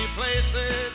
places